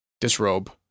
disrobe